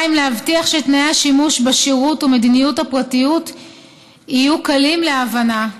2. להבטיח שתנאי השימוש בשירות ומדיניות הפרטיות יהיו קלים להבנה,